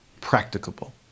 practicable